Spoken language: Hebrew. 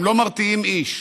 והם לא מרתיעים איש.